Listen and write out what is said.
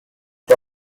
dry